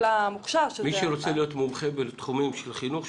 המוכש"ר --- מי שרוצה להיות מומחה בתחומים של חינוך,